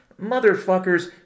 Motherfuckers